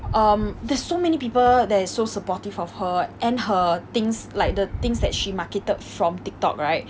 um there's so many people that is so supportive of her and her things like the things that she marketed from Tiktok right